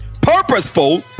Purposeful